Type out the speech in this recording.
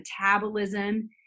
metabolism